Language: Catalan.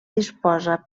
disposa